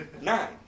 Nine